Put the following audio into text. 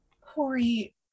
corey